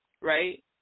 right